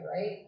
right